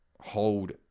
hold